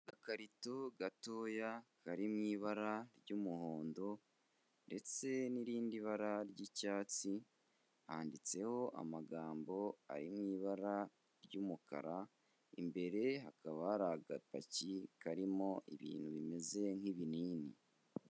Agakarito gatoya kari mu ibara ry'umuhondo ndetse n'irindi bara ry'icyatsi, handitseho amagambo ari mu ibara ry'umukara, imbere hakaba hari agapaki karimo ibintu bimeze nk'ibinini.